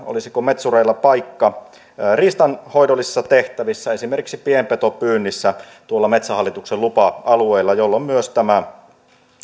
olisiko metsureilla paikka riistanhoidollisissa tehtävissä esimerkiksi pienpetopyynnissä tuolla metsähallituksen lupa alueilla jolloin myös tämä